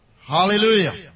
Hallelujah